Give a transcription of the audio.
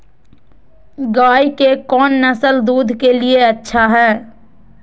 गाय के कौन नसल दूध के लिए अच्छा है?